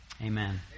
Amen